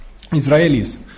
Israelis